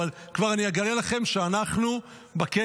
אבל כבר אני אגלה לכם שאנחנו בקדם.